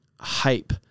hype